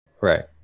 Right